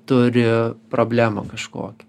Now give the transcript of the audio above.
turi problemų kažkokių